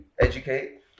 educate